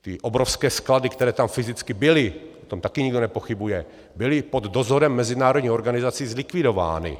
Ty obrovské sklady, které tam fyzicky byly, o tom taky nikdo nepochybuje, byly pod dozorem mezinárodních organizací zlikvidovány.